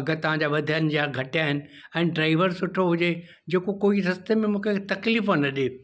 अगरि तव्हांजा वधिया आहिनि या घटिया आहिनि ऐं ड्राइवर सुठो हुजे जेको कुल रस्ते में मूंखे तकलीफ़ न ॾिए